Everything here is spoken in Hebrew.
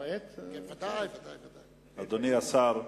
אדוני השר,